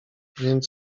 więc